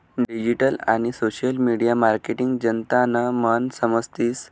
digital आणि social media marketing जनतानं मन समजतीस